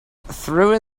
through